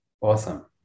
Awesome